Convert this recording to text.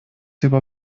über